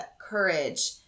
courage